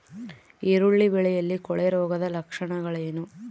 ಈರುಳ್ಳಿ ಬೆಳೆಯಲ್ಲಿ ಕೊಳೆರೋಗದ ಲಕ್ಷಣಗಳೇನು?